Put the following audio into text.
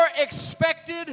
expected